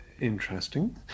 Interesting